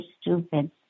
stupid